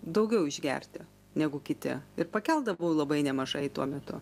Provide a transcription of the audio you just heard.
daugiau išgerti negu kiti ir pakeldavau labai nemažai tuo metu